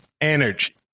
energy